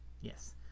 Yes